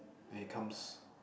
and he comes